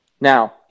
Now